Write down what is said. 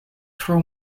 tro